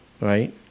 right